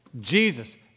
Jesus